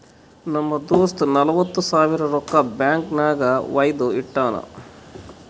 ನಮ್ ದೋಸ್ತ ನಲ್ವತ್ ಸಾವಿರ ರೊಕ್ಕಾ ಬ್ಯಾಂಕ್ ನಾಗ್ ವೈದು ಇಟ್ಟಾನ್